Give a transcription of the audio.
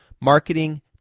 marketing